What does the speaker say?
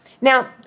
Now